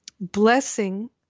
blessing